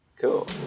Cool